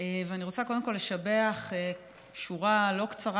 ואני רוצה קודם כול לשבח שורה לא קצרה